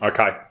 Okay